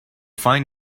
find